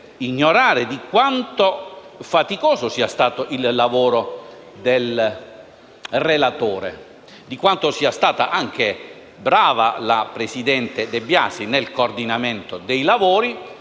ignorare quanto faticoso sia stato il lavoro del relatore, quanto sia stata brava la presidente De Biasi nel coordinamento dei lavori